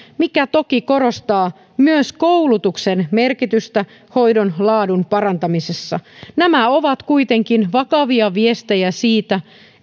mikä toki korostaa myös koulutuksen merkitystä hoidon laadun parantamisessa nämä ovat kuitenkin vakavia viestejä siitä